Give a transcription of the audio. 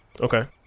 Okay